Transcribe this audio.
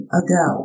ago